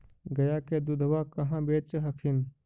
गया के दूधबा कहाँ बेच हखिन?